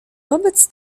wobec